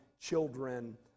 children